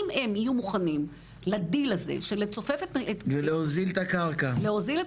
אם הם יהיו מוכנים להוזיל את מחיר הקרקע,